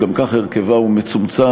שגם ככה הרכבה הוא מצומצם,